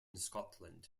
scotland